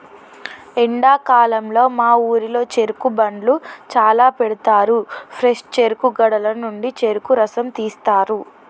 ఎండాకాలంలో మా ఊరిలో చెరుకు బండ్లు చాల పెడతారు ఫ్రెష్ చెరుకు గడల నుండి చెరుకు రసం తీస్తారు